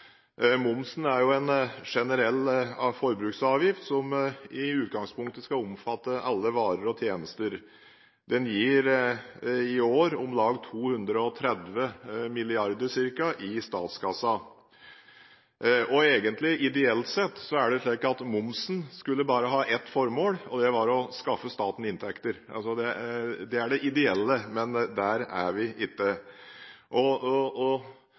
Momsen er en generell forbruksavgift som i utgangspunktet skal omfatte alle varer og tjenester. Den gir i år om lag 230 mrd. kr i statskassen. Ideelt sett er det slik at momsen bare skulle ha ett formål, og det er å skaffe staten inntekter. Det er det ideelle, men der er vi ikke.